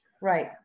Right